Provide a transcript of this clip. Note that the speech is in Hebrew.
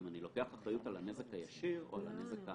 יש הבדל אם אני לוקח על הנזק הישיר או על הנזק העקיף.